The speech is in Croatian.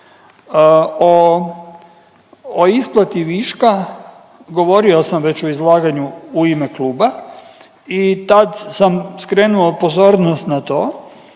O isplati viška govorio sam već u izlaganju u ime kluba i tad sam skrenuo pozornost na to